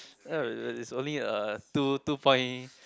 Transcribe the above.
it's only a two two point